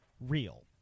real